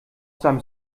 seinem